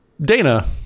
dana